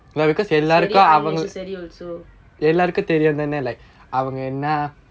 it's very unnecessary also